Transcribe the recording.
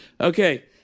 Okay